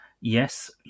Yes